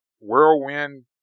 whirlwind